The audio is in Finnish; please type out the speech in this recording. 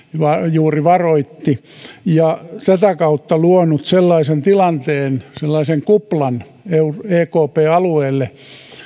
juuri varoitti ja tätä kautta luonut sellaisen tilanteen sellaisen kuplan ekp alueelle